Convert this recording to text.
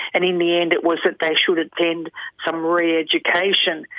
and in the end it was that they should attend some re-education,